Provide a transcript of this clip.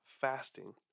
fasting